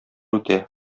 үтә